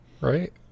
right